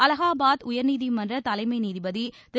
அலகாபாத் உயர்நீதிமன்ற தலைமை நீதிபதி திரு